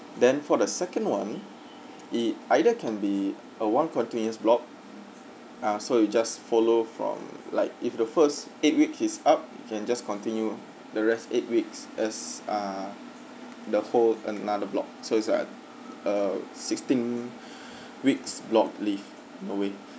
then for the second one it either can be a one continuous block ah so you just follow from like if the first eight week is up you can just continue the rest eight weeks as ah the whole another block so it's like a a sixteen weeks block leave in a way